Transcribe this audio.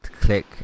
click